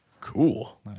Cool